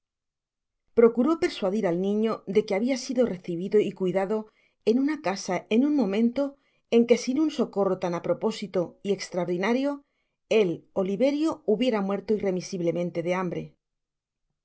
procuró persuadir al niño de que habia sido recibido y cuidado en su casa en un momento en que sin un socorro tan apropósilo y extraordinario el oliverio hubiera muerto irremisiblemente de hambre